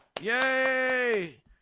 Yay